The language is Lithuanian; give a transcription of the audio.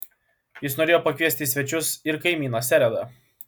jis norėjo pakviesti į svečius ir kaimyną seredą